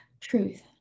truth